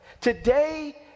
Today